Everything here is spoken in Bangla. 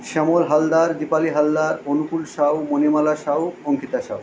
শ্যামল হালদার দীপালি হালদার অনুকূল সাউ মণিমালা সাউ অঙ্কিতা সাউ